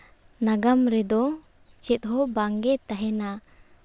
ᱱᱟᱜᱟᱢ ᱨᱮᱫᱚ ᱪᱮᱫᱦᱚᱸ ᱵᱟᱝᱜᱮ ᱛᱟᱦᱮᱱᱟ